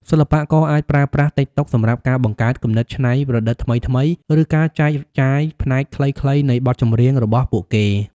សិល្បករអាចប្រើប្រាស់តិកតុកសម្រាប់ការបង្កើតគំនិតច្នៃប្រឌិតថ្មីៗ ឬការចែកចាយផ្នែកខ្លីៗនៃបទចម្រៀងរបស់ពួកគេ។